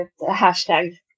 hashtag